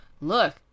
look